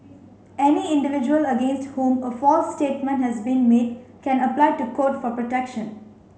any individual against whom a false statement has been made can apply to Court for protection